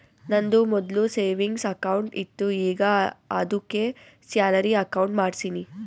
ನಂದು ಮೊದ್ಲು savings account ಇತ್ತು ಈಗ ಆದ್ದುಕೆ ಸ್ಯಾಲರಿ ಅಕೌಂಟ್ ಮಾಡ್ಸಿನಿ